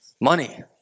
money